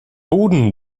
boden